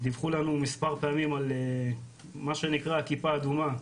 דיווחו לנו מספר פעמים על מה שנקרא כיפה אדומה,